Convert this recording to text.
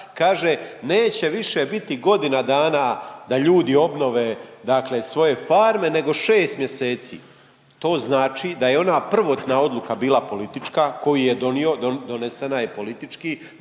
Kaže neće više biti godina dana da ljudi obnove, dakle svoje farme, nego šest mjeseci. To znači da je ona prvotna odluka bila politička koju je donio, donesena je politički